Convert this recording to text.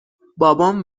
بابام